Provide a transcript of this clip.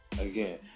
again